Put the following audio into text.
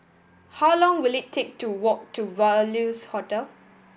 how long will it take to walk to Values Hotel